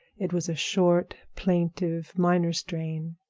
it was a short, plaintive, minor strain.